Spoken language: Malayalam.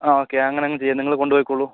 ആ ഓക്കേ അങ്ങനങ്ങ് ചെയ്യാം നിങ്ങള് കൊണ്ടു പോയിക്കോളു